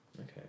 okay